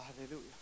Hallelujah